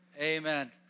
amen